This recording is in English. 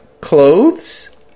clothes